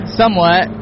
somewhat